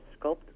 sculpt